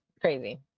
crazy